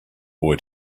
boy